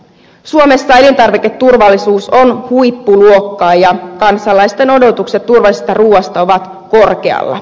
suomessa elintarviketurvallisuus on huippuluokkaa ja kansalaisten odotukset turvallisesta ruuasta ovat korkealla